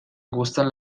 gustan